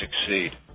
succeed